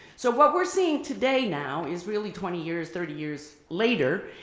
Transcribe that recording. so what we're seeing today now is really twenty years, thirty years later,